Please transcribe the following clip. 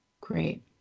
Great